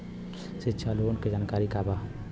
शिक्षा लोन के जानकारी का बा?